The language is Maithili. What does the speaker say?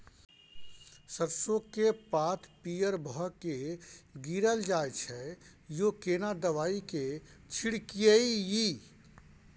सरसो के पात पीयर भ के गीरल जाय छै यो केना दवाई के छिड़कीयई?